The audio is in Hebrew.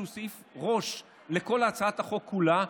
שהוא סעיף ראש לכל להצעת החוק כולה,